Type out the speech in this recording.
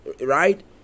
right